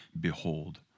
behold